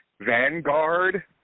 Vanguard